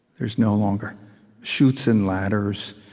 there's no longer chutes and ladders,